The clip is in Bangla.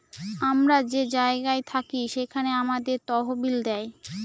আমরা যে জায়গায় থাকি সেখানে আমাদের তহবিল দেয়